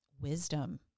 wisdom